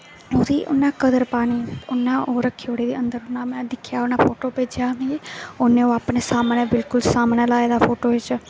ओह्दी उन्नै कदर पानी उन्नै ओह् रक्खी ओड़ी दी अन्दर अपने में दिक्खेआ उन्नै फोटो भेजेआ हा मिगी उन्नै ओह् अपनै सामनै अपनै सामनै लाए दा फोटो च